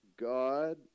God